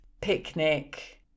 picnic